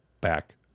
back